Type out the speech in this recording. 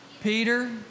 Peter